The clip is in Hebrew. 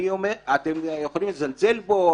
אתם יכולים לזלזל בו,